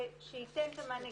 שייתן את המענה.